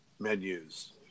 menus